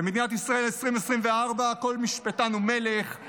במדינת ישראל 2024 כל משפטן הוא מלך.